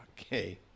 Okay